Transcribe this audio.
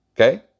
okay